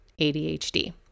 ADHD